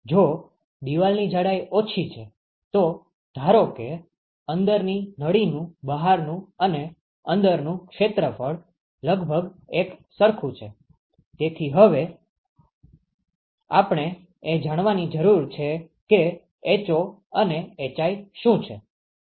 જો દિવાલની જાડાઈ ઓછી છે તો ધારો કે અંદરની નળીનુ બહારનુ અને અંદરનુ ક્ષેત્રફળ લગભગ એક સરખુ છે તેથી હવે આપણે એ જાણવાની જરૂર છે કે ho અને hi શું છે